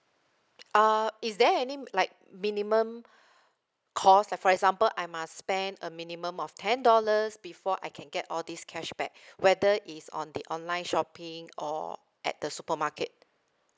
uh is there any like minimum cost like for example I must spend a minimum of ten dollars before I can get all these cashback whether it's on the online shopping or at the supermarket